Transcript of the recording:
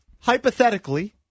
Hypothetically